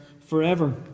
forever